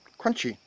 crunchy,